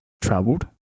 traveled